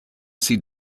see